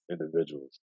individuals